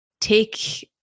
take